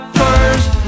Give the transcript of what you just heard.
first